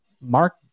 Mark